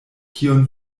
kion